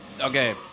Okay